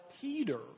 Peter